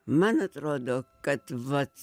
man atrodo kad vat